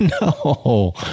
No